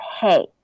Hey